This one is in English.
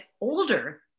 older